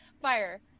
Fire